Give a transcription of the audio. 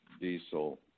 diesel